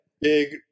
big